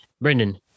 brendan